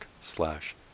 slash